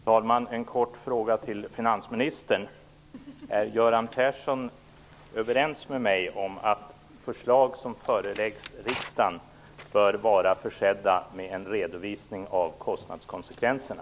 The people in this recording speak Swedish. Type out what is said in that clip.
Herr talman! Jag har en kort fråga till finansministern. Är Göran Persson överens med mig om att förslag som föreläggs riksdagen bör vara försedda med en redovisning av kostnadskonsekvenserna?